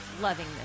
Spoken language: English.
loving